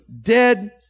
dead